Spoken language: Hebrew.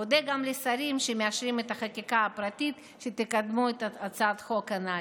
ואודה גם לשרים שמאשרים את החקיקה הפרטית אם שתקדמו את הצעת החוק הנ"ל.